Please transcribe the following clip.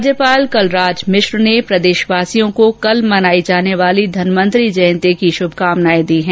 राज्यपाल कलराज मिश्र ने प्रदेशवासियों को कल मनायी जाने वाली धनवंतरि जयंती की शुभकामनाएं दी हैं